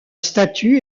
statue